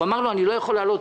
הוא אמר לו: אני לא יכול לעלות,